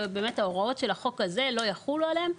שההוראות של החוק הזה לא יחולו עליהן.